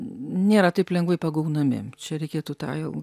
nėra taip lengvai pagaunami čia reikėtų tą jau